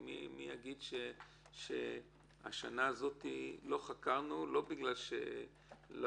כי מי יגיד שהשנה הזאת לא חקרנו לא בגלל שלא